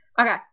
Okay